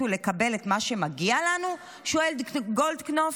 ולקבל את מה שמגיע לנו?" שואל גולדקנופ,